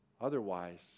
Otherwise